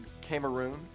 Cameroon